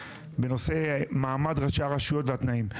בנושא מעמד ראשי הרשויות והתנאים.